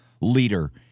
leader